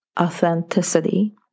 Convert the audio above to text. authenticity